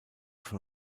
von